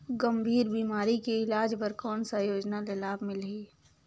गंभीर बीमारी के इलाज बर कौन सा योजना ले लाभ मिलही?